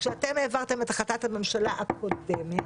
כשאתם העברתם את החלטת הממשלה הקודמת,